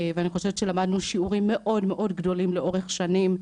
ואני חושבת שלמדנו שיעורים מאוד גדולים לאורך השנים.